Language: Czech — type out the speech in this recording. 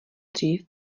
dřív